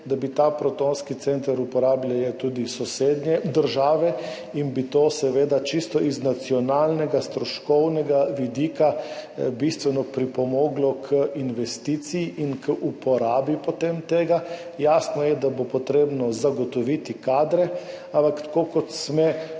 ta protonski center uporabljale tudi sosednje države in bi to seveda čisto iz nacionalnega stroškovnega vidika bistveno pripomoglo k investiciji in potem k uporabi le-tega. Jasno je, da bo potrebno zagotoviti kadre, ampak tako, kot se